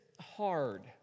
hard